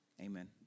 Amen